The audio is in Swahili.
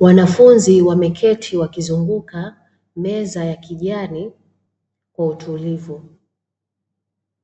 Wanafunzi wameketi wakizunguka meza ya kijani kwa utulivu,